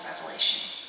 Revelation